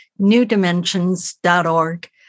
newdimensions.org